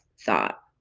thought